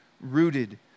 rooted